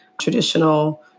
traditional